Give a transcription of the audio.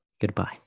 Goodbye